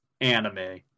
anime